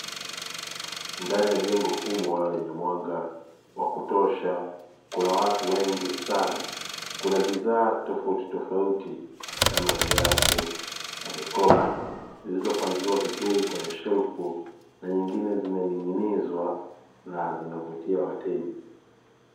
Ndani ya jengo kubwa wale ni mwanga wa kutosha kuna watu wengi sana. Kuna bidhaa tofauti tofauti kama viatu na mikoba zilizopangiwa vizuri, kwenye shelfu na nyingine zimening'inizwa na zinavutia wateja.